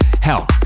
hell